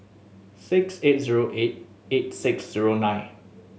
six eight zero eight eight six zero nine